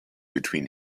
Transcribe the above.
between